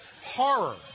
horror